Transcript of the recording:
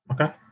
Okay